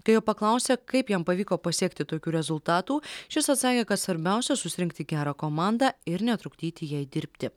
kai jo paklausė kaip jam pavyko pasiekti tokių rezultatų šis atsakė kad svarbiausia susirinkti gerą komandą ir netrukdyti jai dirbti